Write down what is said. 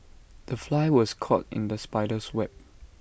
the fly was caught in the spider's web